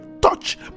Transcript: touch